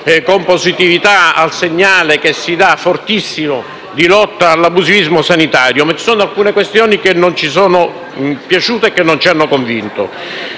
con positività al segnale fortissimo che viene dato alla lotta all'abusivismo sanitario, ma ci sono alcune questioni che non ci sono piaciute e che non ci hanno convinto.